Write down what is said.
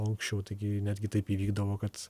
anksčiau taigi netgi taip įvykdavo kad